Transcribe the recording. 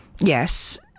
yes